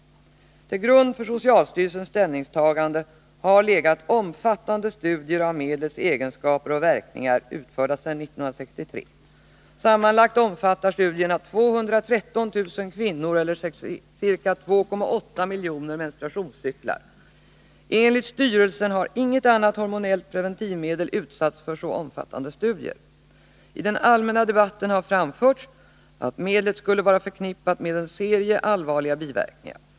Till grund för socialstyrelsens ställningstagande har legat omfattande studier av medlets egenskaper och verkningar utförda sedan år 1963. Sammanlagt omfattar studierna 213000 kvinnor eller ca 2,8 miljoner menstruationscyklar. Enligt socialstyrelsen har inget annat hormonellt preventivmedel utsatts för så omfattande studier. I den allmänna debatten har framförts att medlet skulle vara förknippat med en serie allvarliga biverkningar.